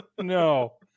no